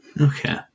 Okay